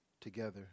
together